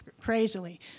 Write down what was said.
crazily